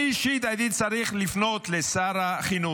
אני אישית הייתי צריך לפנות לשר החינוך,